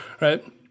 Right